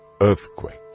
earthquake